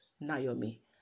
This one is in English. Naomi